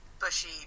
bushy